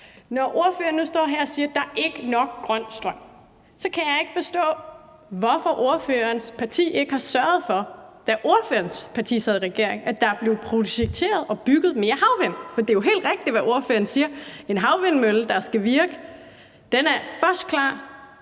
når ordføreren nu står her og siger, at der ikke er nok grøn strøm, hvorfor ordførerens parti så ikke har sørget for, da ordførerens parti sad i regering, at der blev projekteret og bygget mere inden for havvind. For det er jo helt rigtigt, hvad ordføreren siger: En havvindmølle, der skal virke, er først klar